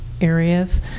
areas